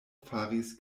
faris